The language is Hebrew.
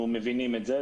אנחנו מבינים את זה.